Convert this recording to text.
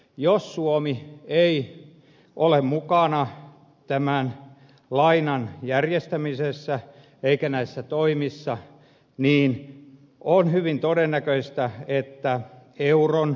jos suomi ei ole mukana tämän lainan järjestämisessä eikä näissä toimissa niin on hyvin todennäköistä että euroon